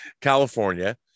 California